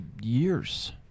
years